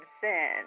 sin